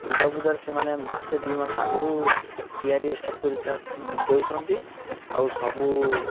ଦୁର୍ଗା ପୂଜାରେ ସେମାନେ ମାସେ ଦୁଇ ମାସ ଆଗୁରୁ ତିଆରି ଷ୍ଟାର୍ଟ କରି ଦେଉଛନ୍ତି ଆଉ ସବୁ